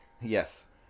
Yes